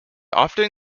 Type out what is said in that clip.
often